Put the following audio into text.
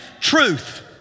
truth